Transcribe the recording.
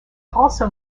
also